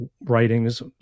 writings